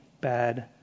bad